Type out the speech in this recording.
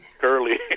Curly